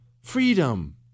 freedom